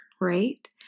Right